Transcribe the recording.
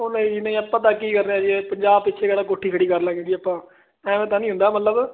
ਉਹ ਨਹੀਂ ਆਪਾਂ ਤਾਂ ਕੀ ਕਰਦੇ ਆ ਜੀ ਪੰਜਾਹ ਪਿੱਛੇ ਗੱਲ ਕੋਠੀ ਖੜੀ ਕਰ ਲਗੇ ਜੀ ਆਪਾਂ ਐਵੇਂ ਤਾਂ ਨਹੀਂ ਹੁੰਦਾ ਮਤਲਬ